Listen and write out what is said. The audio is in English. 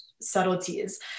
subtleties